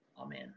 Amen